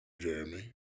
Jeremy